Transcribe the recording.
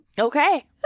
Okay